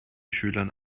schülern